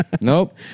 Nope